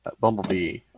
Bumblebee